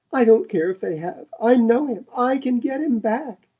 i don't care if they have! i know him i can get him back.